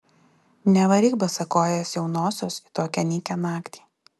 nevaryk basakojės jaunosios į tokią nykią naktį